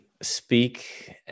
speak